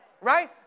Right